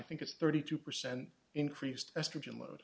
think it's thirty two percent increased estrogen load